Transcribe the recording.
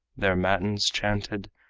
their matins chanted,